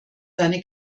seine